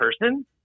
person